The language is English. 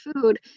food